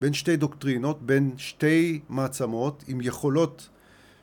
בין שתי דוקטרינות בין שתי מעצמות עם יכולות